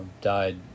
died